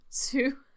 Two